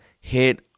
hit